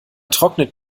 trocknet